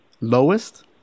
Lowest